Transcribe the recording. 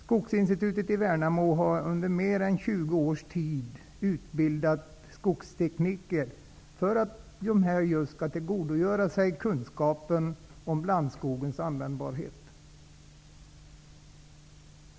Under mer än 20 års tid har Skogsinstitutet i Värnamo utbildat skogstekniker för att de skall tillgodogöra sig just kunskapen om blandskogens användbarhet.